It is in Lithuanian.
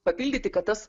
papildyti kad tas